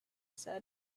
said